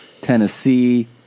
Tennessee